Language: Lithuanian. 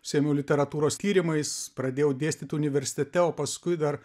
užsiėmiau literatūros tyrimais pradėjau dėstyt universitete o paskui dar